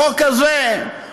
החוק הזה מסורס.